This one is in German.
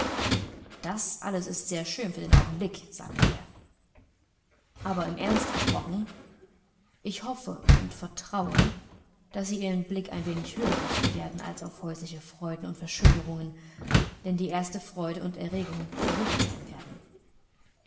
das alles ist sehr schön für den augenblick sagte er aber im ernst gesprochen ich hoffe und vertraue daß sie ihren blick ein wenig höher richten werden als auf häusliche freuden und verschönerungen wenn die erste freude und erregung vorüber sein werden